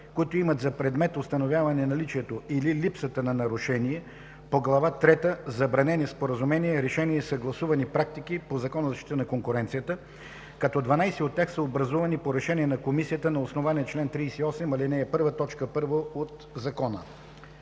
които имат за предмет установяване наличието или липсата на нарушение по Глава трета „Забранени споразумения, решения и съгласувани практики“ от Закона за защита на конкуренцията, като 12 от тях са образувани по решения на Комисията на основание чл. 38, ал. 1, т. 1 от Закона